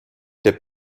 der